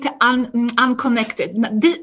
unconnected